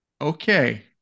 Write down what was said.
okay